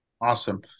Awesome